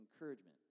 encouragement